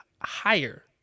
higher